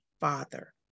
father